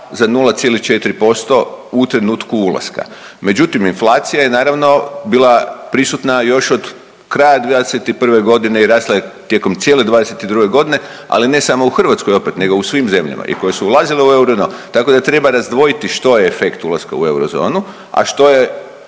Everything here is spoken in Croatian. za 0,4% u trenutku ulaska, međutim inflacija je naravno bila prisutna još od kraja '21.g. i rasla je tijekom cijele '22.g., ali ne samo u Hrvatskoj opet, nego u svim zemljama i koje su ulazile u euro …/Govornik se ne razumije/…, tako da treba razdvojiti što je efekt ulaska u Eurozonu, a što je